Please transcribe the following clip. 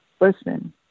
listen